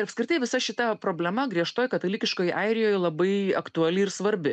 apskritai visa šita problema griežtoj katalikiškoj airijoj labai aktuali ir svarbi